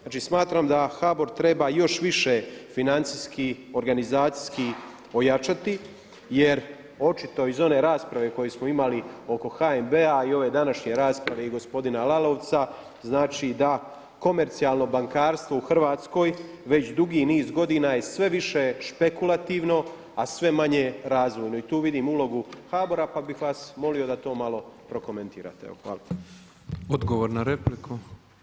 Znači smatram da HBOR treba još više financijski, organizacijski ojačati jer očito iz one rasprave koju smo imali oko HNB-a i ove današnje rasprave i gospodina Lalovca znači da komercijalno bankarstvo u Hrvatskoj je već dugi niz godina je sve više špekulativno, a sve manje razvojno i tu vidim ulogu HBOR-a pa bih vas molio da to malo prokomentirate.